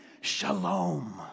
shalom